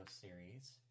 series